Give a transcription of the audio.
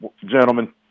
gentlemen